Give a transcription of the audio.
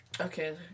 Okay